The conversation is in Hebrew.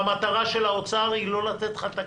והמטרה של האוצר היא לא לתת לך את הכסף.